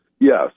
Yes